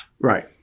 Right